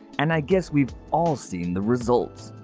and i guess we've all seen the results.